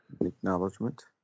acknowledgement